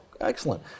Excellent